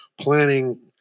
planning